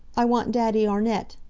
i want daddy arnett!